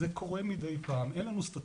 זה קורה מדי פעם, אין לנו סטטיסטיקה.